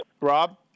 Rob